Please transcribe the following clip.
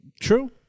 true